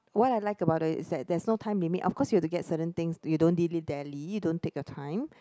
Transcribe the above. why I like about it is that there's no time limit of course you have to get certain things you don't dilly dally don't take your time